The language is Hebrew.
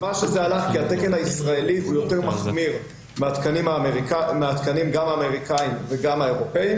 התקן הישראלי הוא יותר מחמיר מהתקנים גם האמריקאים וגם האירופאים